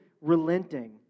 relenting